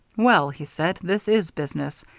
well, he said, this is business.